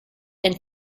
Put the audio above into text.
and